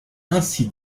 ainsi